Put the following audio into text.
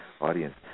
audience